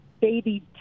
baby